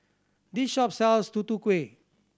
this shop sells Tutu Kueh